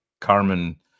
carmen